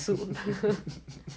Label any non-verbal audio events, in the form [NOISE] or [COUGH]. [LAUGHS]